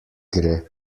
gre